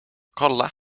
kolla